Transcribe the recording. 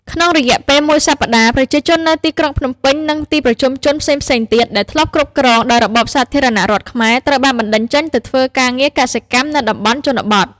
ក្នុងរយៈពេលមួយសប្តាហ៍ ប្រជាជននៅទីក្រុងភ្នំពេញ និងទីប្រជុំជនផ្សេងៗទៀត ដែលធ្លាប់គ្រប់គ្រងដោយរបបសាធារណរដ្ឋខ្មែរ ត្រូវបានបណ្តេញចេញទៅធ្វើការងារកសិកម្មនៅតំបន់ជនបទ។